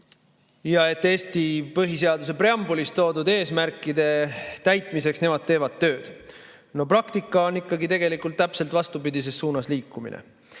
ja et Eesti põhiseaduse preambulis toodud eesmärkide täitmiseks nemad teevad tööd. Praktika on tegelikult täpselt vastupidises suunas liikumine.